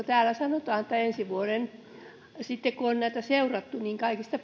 täällä sanotaan että ensi vuonna sitten kun on näitä seurattu kaikista